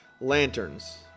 lanterns